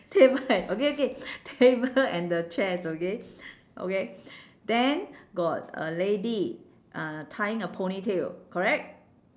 table a~ okay okay table and the chairs okay okay then got a lady uh tying a ponytail correct